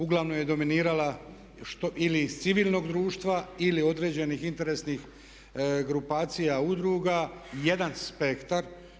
Uglavnom je dominirala ili iz civilnog društva ili određenih interesnih grupacija, udruga, jedan spektar.